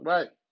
Right